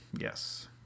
Yes